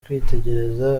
kwitegereza